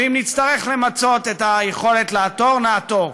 ואם נצטרך למצות את היכולת לעתור, נעתור.